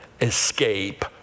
escape